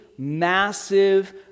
massive